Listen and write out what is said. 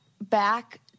back